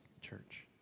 church